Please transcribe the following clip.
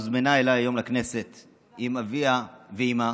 הוזמנה אליי היום לכנסת עם אביה ואימה.